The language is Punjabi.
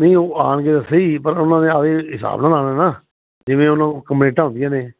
ਨਹੀਂ ਉਹ ਆਣਗੇ ਤਾਂ ਸਹੀ ਪਰ ਉਹਨਾਂ ਨੇ ਆਪਣੇ ਹਿਸਾਬ ਨਾਲ ਆਣਾ ਨਾ ਜਿਵੇਂ ਉਹਨੂੰ ਕਮੈਂਟਾਂ ਹੁੰਦੀਆਂ ਨੇ